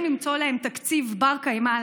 חייבים למצוא להם תקציב בר-קיימא,